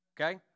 Okay